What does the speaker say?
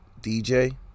DJ